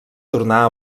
tornar